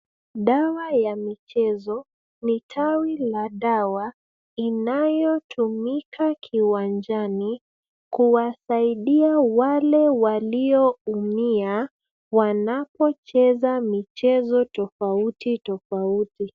Dawa ya michezo ni tawi la dawa inayotumika kiwanjani kuwasaidia wake walioumia wanapocheza michezo tofauti tofauti.